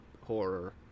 horror